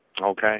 okay